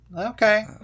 Okay